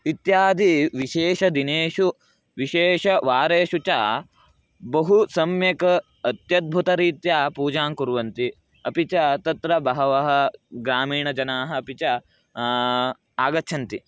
इत्यादिविशेषदिनेषु विशेषवारेषु च बहु सम्यक् अत्यद्भुतरीत्या पूजां कुर्वन्ति अपि च तत्र बहवः ग्रामीणजनाः अपि च आगच्छन्ति